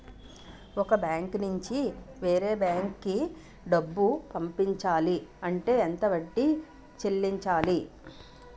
ఒక బ్యాంక్ నుంచి వేరే బ్యాంక్ కి డబ్బులు పంపించాలి అంటే ఎంత వడ్డీ చెల్లించాలి?